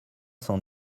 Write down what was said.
cent